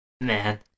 man